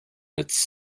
its